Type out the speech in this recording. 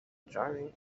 driving